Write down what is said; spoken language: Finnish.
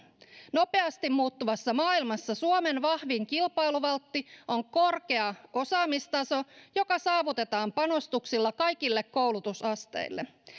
nopeasti muuttuvassa maailmassa suomen vahvin kilpailuvaltti on korkea osaamistaso joka saavutetaan panostuksilla kaikille koulutusasteille